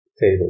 table